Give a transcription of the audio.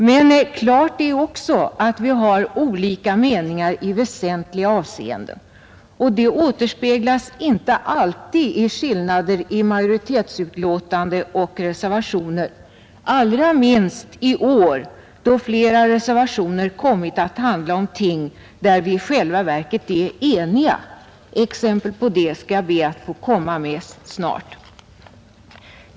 Men klart är också att vi har olika meningar i väsentliga avseenden, och det återspeglas inte alltid i skillnader mellan majoritetsbetänkande och reservationer, allra minst i år då flera reservationer har kommit att handla om ting, där vii själva verket är eniga. Exempel på det skall jag be att få anföra snart.